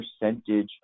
percentage